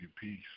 peace